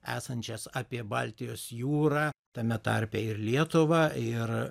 esančias apie baltijos jūrą tame tarpe ir lietuvą ir